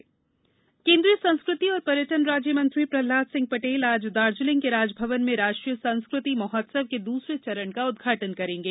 प्रहलाद पटेल दार्जिलिंग केन्द्रीय संस्कृति और पर्यटन राज्य मंत्री प्रह्लाद सिंह पटेल आज दार्जिलिंग के राजभवन में राष्ट्रीय संस्कृति महोत्सव के दूसरे चरण का उद्घाटन करेंगे